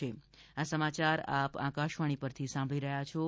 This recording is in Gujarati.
કોરોના અપીલ આ સમાચાર આપ આકાશવાણી પરથી સાંભળી રહ્યા છો